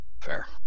Fair